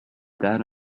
that